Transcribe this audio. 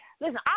Listen